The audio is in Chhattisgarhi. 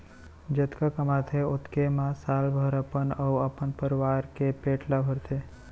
जतका कमाथे ओतके म साल भर अपन अउ अपन परवार के पेट ल भरथे